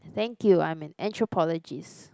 thank you I'm an anthropologist